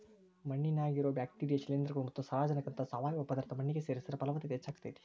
ಮಣ್ಣಿನ್ಯಾಗಿರೋ bacteria, ಶಿಲೇಂಧ್ರಗಳು ಮತ್ತ ಸಾರಜನಕದಂತಹ ಸಾವಯವ ಪದಾರ್ಥ ಮಣ್ಣಿಗೆ ಸೇರಿಸಿದ್ರ ಪಲವತ್ತತೆ ಹೆಚ್ಚಾಗ್ತೇತಿ